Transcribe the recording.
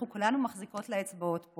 אנחנו כולנו מחזיקות לה אצבעות פה.